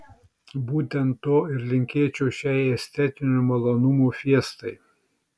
būtent to ir linkėčiau šiai estetinių malonumų fiestai